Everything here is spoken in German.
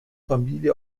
familie